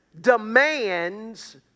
demands